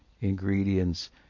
ingredients